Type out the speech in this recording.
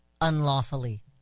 unlawfully